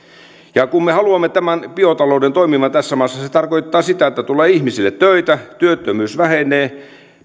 kun me haluamme biotalouden toimimaan tässä maassa se se tarkoittaa sitä että tulee ihmisille töitä työttömyys vähenee